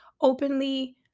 openly